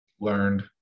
learned